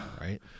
right